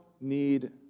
need